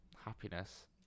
happiness